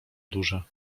duże